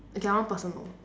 okay I want personal